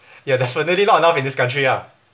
ya definitely not enough in this country ah